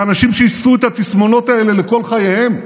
זה אנשים שיישאו את התסמונות האלה כל חייהם.